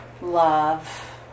love